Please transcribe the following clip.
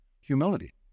Humility